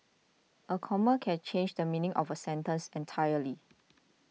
a comma can change the meaning of a sentence entirely